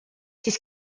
siis